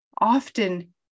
often